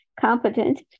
competent